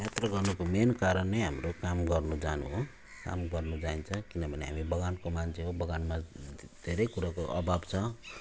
यात्रा गर्नुको मेन कारण नै हाम्रो काम गर्नु जानु हो काम गर्नु जाइन्छ किनभने हामी बगानको मान्छे हो बगानमा धेरै कुरोको अभाव छ